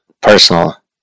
personal